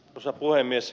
arvoisa puhemies